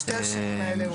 לשתי השנים האלה.